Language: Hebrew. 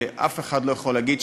ואף אחד לא יכול להגיד,